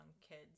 kids